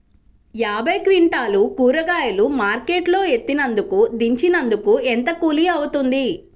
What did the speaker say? యాభై క్వింటాలు కూరగాయలు మార్కెట్ లో ఎత్తినందుకు, దించినందుకు ఏంత కూలి అవుతుంది?